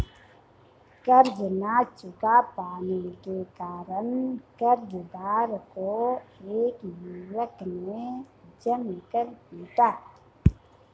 कर्ज ना चुका पाने के कारण, कर्जदार को एक युवक ने जमकर पीटा